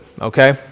okay